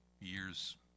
years